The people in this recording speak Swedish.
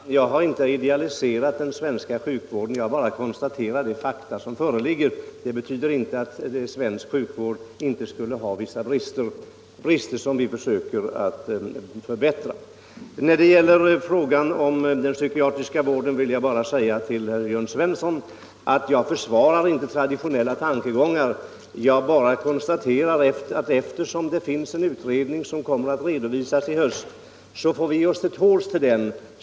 Herr talman! Jag har inte idealiserat den svenska sjukvården utan bara konstaterat de fakta som föreligger. Det betyder inte att svensk sjukvård inte skulle ha vissa brister, brister som vi försöker att eliminera. När det gäller frågan om den psykiatriska vården vill jag säga till herr Jörn Svensson i Malmö att jag inte försvarar traditionella tankegångar utan bara konstaterar att det finns en utredning som kommer att redovisas i höst och att vi får ge oss till tåls tills den kommer.